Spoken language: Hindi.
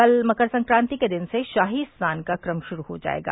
कल मकर संक्रांति के दिन से शाही स्नान का कम शुरू हो जायेगा